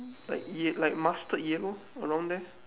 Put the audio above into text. like ye~ like mustard yellow around there